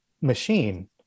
machine